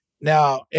Now